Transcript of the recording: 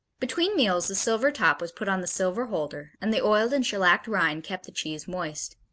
between meals the silver top was put on the silver holder and the oiled and shellacked rind kept the cheese moist.